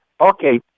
okay